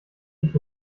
dich